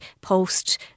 post